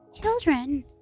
children